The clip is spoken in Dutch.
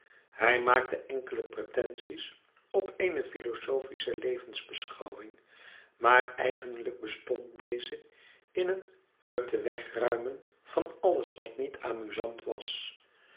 hij maakte enkele pretenties op eene filosofische levensbeschouwing maar eigenlijk bestond deze in een uit den weg ruimen van alles wat niet amusant was